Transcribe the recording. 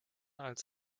als